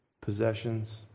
possessions